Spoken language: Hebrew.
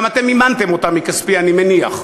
אתם גם מימנתם אותה מכספי, אני מניח.